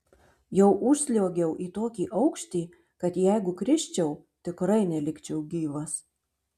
jau užsliuogiau į tokį aukštį kad jeigu krisčiau tikrai nelikčiau gyvas